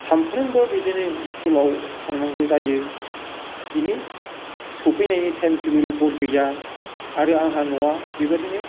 सानफ्रोमबो बिदिनो स्कुल आव थांनांगौ जायो बिनि सौफैनायनि टाइम टेबोल गर गैया आरो आंहा न'वा बेबादिनो